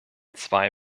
zwei